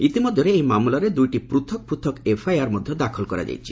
ଇତିମଧ୍ୟରେ ଏହି ମାମଲାରେ ଦୁଇଟି ପୃଥକ ପୃଥକ ଏଫ୍ଆଇଆର୍ ମଧ୍ୟ ଦାଖଲ କରାଯାଇଛି